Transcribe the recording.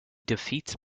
defeats